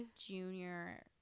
junior